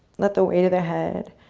let the weight of the head